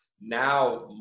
now